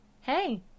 Hey